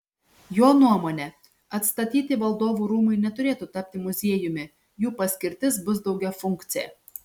jo nuomone atstatyti valdovų rūmai neturėtų tapti muziejumi jų paskirtis bus daugiafunkcė